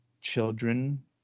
children